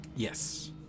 Yes